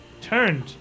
turned